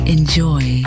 Enjoy